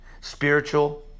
Spiritual